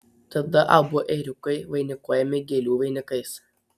tada abu ėriukai vainikuojami gėlių vainikais